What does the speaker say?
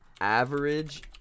Average